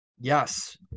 Yes